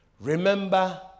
Remember